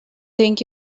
think